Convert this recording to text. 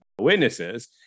witnesses